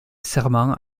serment